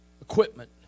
equipment